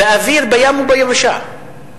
באוויר, בים וביבשה.